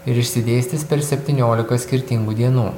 ir išsidėstys per septynioliką skirtingų dienų